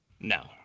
No